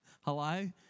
Hello